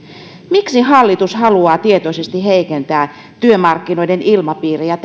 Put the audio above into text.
miksi hallitus haluaa tietoisesti heikentää työmarkkinoiden ilmapiiriä